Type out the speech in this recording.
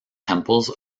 temples